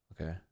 okay